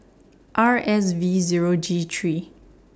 R S V Zero G three